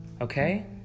Okay